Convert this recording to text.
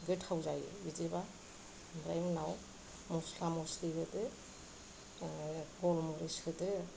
गोथाव जायो बिदिबा ओमफ्राय उनाव मस्ला मस्लि होदो गलमरिस होदो ओमफ्राय